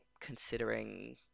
considering